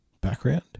background